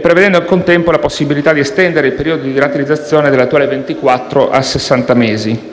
prevedendo al contempo la possibilità di estendere il periodo di rateizzazione dagli attuali ventiquattro a sessanta mesi.